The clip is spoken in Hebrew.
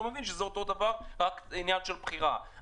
הוא מבין שזה אותו הדבר אלא זה עניין של בחירה.